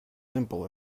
simple